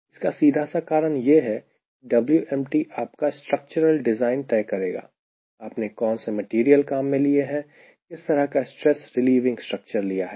इसका सीधा सा कारण यह है कि Wempty आपका स्ट्रक्चरल डिज़ाइन तय करेगा आपने कौन से मटेरियल काम में लिए हैं किस तरह का स्ट्रेस रिलीविंग स्ट्रक्चर लिया है